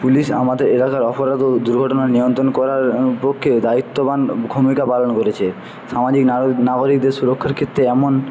police আমাদের এলাকার অপরাধ ও দুর্ঘটনা নিয়ন্ত্রণ করার পক্ষে দায়িত্ববান ভূমিকা পালন করেছে সামাজিক নাগরিকদের সুরক্ষার ক্ষেত্রে এমন